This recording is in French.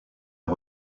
est